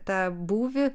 tą būvį